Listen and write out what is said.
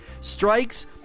Strikes